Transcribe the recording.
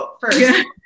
first